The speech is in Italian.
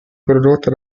prodotta